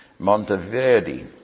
Monteverdi